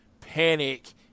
panic